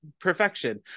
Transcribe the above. perfection